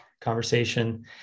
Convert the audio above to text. conversation